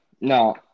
No